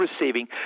receiving